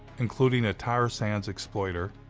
including a tar sands exploiter,